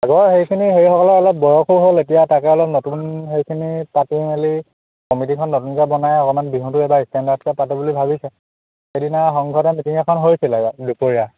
আগৰ হেৰিখিনি হেৰি হ'ল আৰু অলপ বয়সো হ'ল এতিয়া তাকে অলপ নতুন হেৰিখিনি পাতি মেলি কমিটিখন নতুনকৈ বনাই অলমান বিহুটো এইবাৰ ষ্টেণ্ডাৰ্টকৈ পাতো বুলি ভাবিছে সেইদিনা সংগঠনৰ মিটিং এখন হৈছিলে ইয়াতে দুপৰীয়া